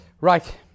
Right